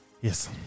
Yes